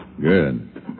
Good